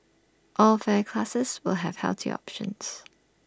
all fare classes will have healthier options